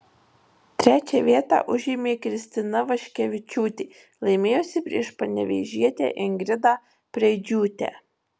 trečią vietą užėmė kristina vaškevičiūtė laimėjusi prieš panevėžietę ingridą preidžiūtę